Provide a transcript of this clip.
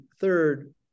third